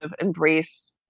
embrace